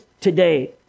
today